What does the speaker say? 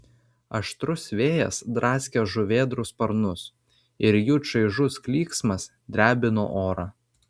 aštrus vėjas draskė žuvėdrų sparnus ir jų čaižus klyksmas drebino orą